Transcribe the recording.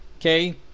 Okay